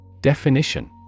Definition